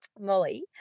Molly